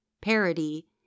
parody